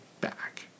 back